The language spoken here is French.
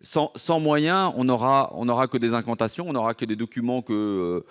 Sans moyens, nous n'aurons que des incantations, des documents qu'une